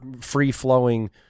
free-flowing